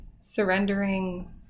surrendering